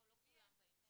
לא כולם באים משם.